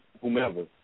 whomever